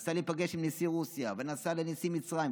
נסע להיפגש עם נשיא רוסיה ונסע לנשיא מצרים.